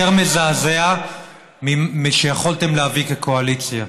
יותר מזעזע שיכולתם להביא כקואליציה.